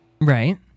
Right